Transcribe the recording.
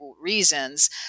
reasons